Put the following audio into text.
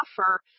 offer